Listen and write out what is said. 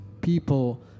people